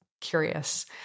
curious